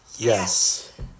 yes